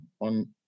on